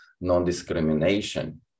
non-discrimination